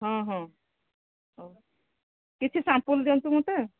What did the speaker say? ହଁ ହଁ ହଉ କିଛି ସାମ୍ପୁଲ୍ ଦିଅନ୍ତୁ ମୋତେ